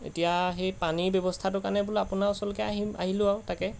এতিয়া সেই পানীৰ ব্যৱস্থাটোৰ কাৰণে বোলো আপোনাৰ ওচৰলৈকে আহিম আহিলোঁ আৰু তাকে